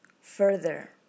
further